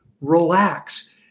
relax